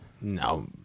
No